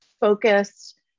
focused